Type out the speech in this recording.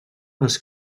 els